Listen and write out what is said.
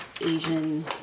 Asian